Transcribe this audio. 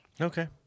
Okay